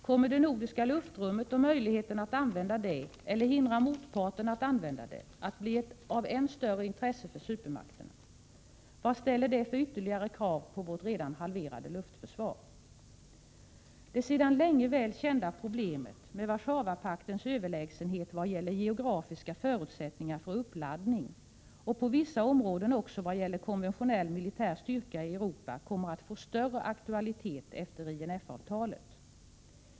Kommer det nordiska luftrummet och möjligheten att använda det — eller att hindra motparten att använda det — att bli ett än större intresse för supermakterna? Vad ställer det för ytterligare krav på vårt redan halverade luftförsvar? Det sedan länge väl kända problemet med Warszawapaktens överlägsenhet vad gäller geografiska förutsättningar för uppladdning och på vissa områden också vad gäller konventionell militär styrka i Europa kommer att få större aktualitet efter INF-avtalet.